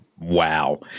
wow